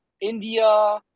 india